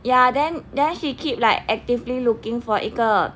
ya then then she keep like actively looking for 一个